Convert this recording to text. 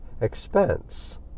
expense